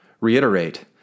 reiterate